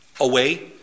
away